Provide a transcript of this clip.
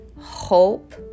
hope